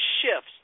shifts